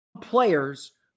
players